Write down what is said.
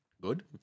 good